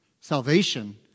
Salvation